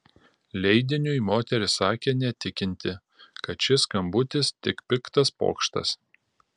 leidiniui moteris sakė netikinti kad šis skambutis tik piktas pokštas